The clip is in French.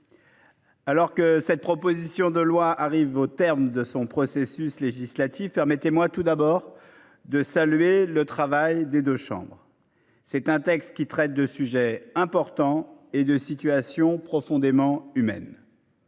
Alors que cette proposition de loi arrive au terme de son processus législatif. Permettez-moi tout d'abord de saluer le travail des deux chambres. C'est un texte qui traite de sujets importants et de situation profondément humaine.